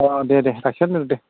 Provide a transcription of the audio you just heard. अ दे दे लाखिना दोन्दो दे